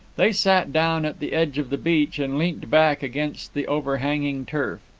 they sat down at the edge of the beach and leant back against the overhanging turf.